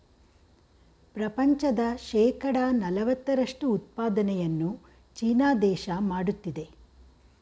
ಪ್ರಪಂಚದ ಶೇಕಡ ನಲವತ್ತರಷ್ಟು ಉತ್ಪಾದನೆಯನ್ನು ಚೀನಾ ದೇಶ ಮಾಡುತ್ತಿದೆ